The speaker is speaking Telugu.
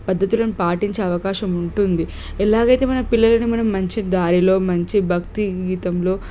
పద్దతులను పాటించే అవకాశం ఉంటుంది ఎలాగైతే మన పిల్లలను మనం మంచిగా దారిలో మంచి భక్తి గీతంలో